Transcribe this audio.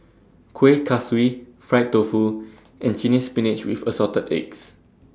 Kuih Kaswi Fried Tofu and Chinese Spinach with Assorted Eggs